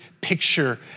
picture